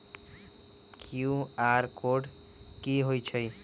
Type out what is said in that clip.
QR code कि हई छई?